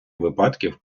випадків